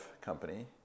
company